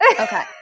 Okay